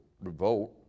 revolt